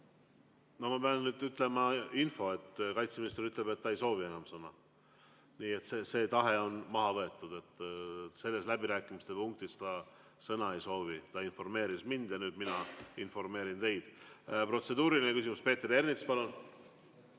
Ma pean nüüd ütlema edasi info, et kaitseminister ütleb, et ta ei soovi enam sõna. See tahe on maha võetud. Selles läbirääkimiste punktis ta sõna ei soovi. Ta informeeris mind ja nüüd mina informeerin teid. Protseduuriline küsimus, Peeter Ernits, palun!